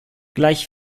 gleich